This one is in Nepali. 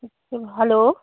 हेलो